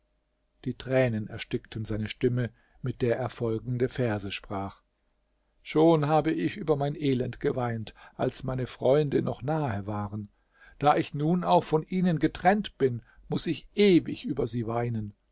die tränen erstickten seine stimme mit der er folgende verse sprach schon habe ich über mein elend geweint als meine freunde noch nahe waren da ich nun auch von ihnen getrennt bin muß ich ewig über sie weinen